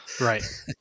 Right